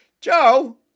Joe